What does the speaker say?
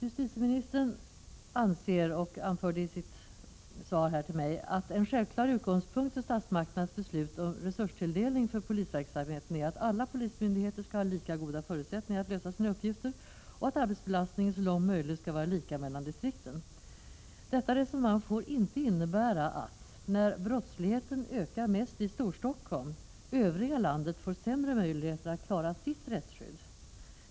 Justitieministern anser att en självklar utgångspunkt för statsmakternas beslut om resurstilldelning för polisverksamheten är att alla polismyndigheter skall ha lika goda förutsättningar att lösa sina uppgifter och att arbetsbelastningen så långt möjligt skall vara lika i de olika distrikten. Detta resonemang får inte innebära att när brottsligheten ökar mest i Storstockholm får landet i övrigt sämre möjligheter att klara sitt rättsskydd.